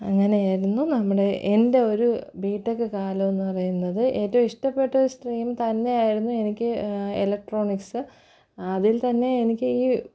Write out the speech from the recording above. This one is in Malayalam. അങ്ങനെയായിരുന്നു നമ്മുടെ എൻ്റെ ഒരു ബി ടെക് കാലമെന്ന് പറയുന്നത് ഏറ്റവും ഇഷ്ടപ്പെട്ട സ്ട്രീം തന്നെയായിരുന്നു എനിക്ക് എലക്ട്രോണിക്സ് അതിൽ തന്നെ എനിക്ക് ഈ